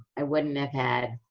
i wouldn't have had